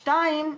שתיים,